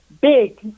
big